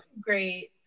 great